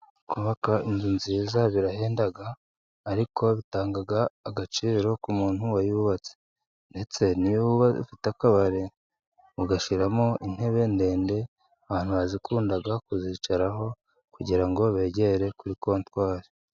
Kubaka inzu nziza birahenda, ariko bitanga agaciro k'umuntu wayubatse, ndetse niyo ufite akabari ugashyiramo intebe ndende, abantu hazikunda kuzicaraho, kugira ngo begere kuri kotwari.